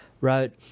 wrote